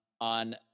on